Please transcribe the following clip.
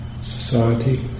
society